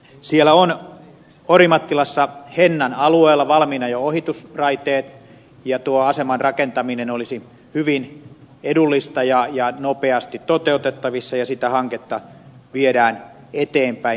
siellä on orimattilassa hennan alueella valmiina jo ohitusraiteet ja aseman rakentaminen olisi hyvin edullista ja nopeasti toteutettavissa ja sitä hanketta viedään eteenpäin